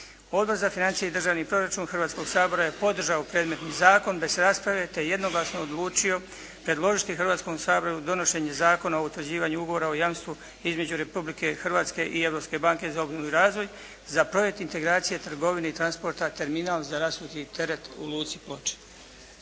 Odbor za financije i državni proračun Hrvatskog sabora je podržao predmetni zakon bez rasprave, te jednoglasno odlučio predložiti Hrvatskom saboru donošenje Zakona o utvrđivanju Ugovora o jamstvu između Republike Hrvatske i Europske banke za obnovu i razvoj, za projekt integracije trgovine i transporta, terminal za rasuti teret u Luci Ploče.